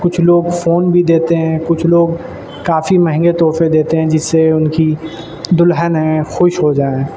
کچھ لوگ فون بھی دیتے ہیں کچھ لوگ کافی مہنگے تحفے دیتے ہیں جس سے ان کی دلہن ہے خوش ہو جائے